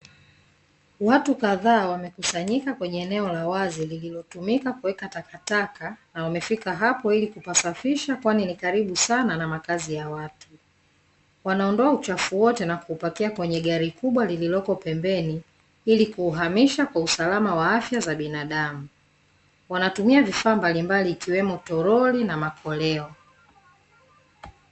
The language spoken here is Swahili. Watu kadhaa wamekusanyika kwenye eneo la wazi lililotumika kuweka takataka, na wamefika hapo ili kupasafisha kwani ni karibu sana na makazi ya watu. Wanaondoa uchafu wote na kuupakia kwenye gari kubwa lililoko pembeni, ili kuhamisha kwa usalama wa afya za binadamu. Wanatumia vifaa mbalimbali ikiwemo toroli na makoleo.